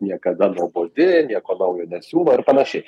niekada nuobodi nieko naujo nesiūlo ir panašiai